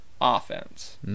offense